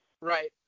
Right